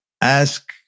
ask